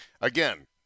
Again